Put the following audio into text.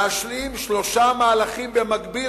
להשלים שלושה מהלכים במקביל,